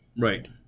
Right